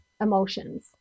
emotions